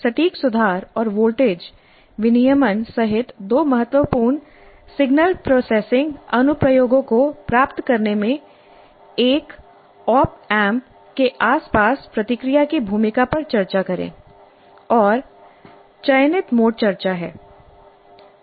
सटीक सुधार और वोल्टेज विनियमन सहित दो महत्वपूर्ण सिग्नल प्रोसेसिंग अनुप्रयोगों को प्राप्त करने में एक ऑप एम्प के आसपास प्रतिक्रिया की भूमिका पर चर्चा करें और चयनित मोड चर्चा है